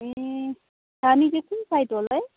ए खानी चाहिँ कुन साइड होला है